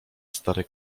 stary